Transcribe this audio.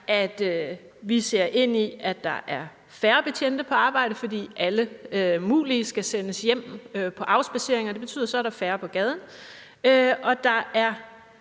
at vi ser ind i, at der er færre betjente på arbejde, fordi så mange som muligt skal sendes hjem på afspadsering, og det betyder så, at der er færre på gaden og der